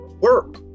work